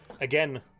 again